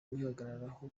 wihagararaho